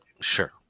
Sure